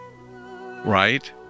right